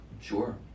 Sure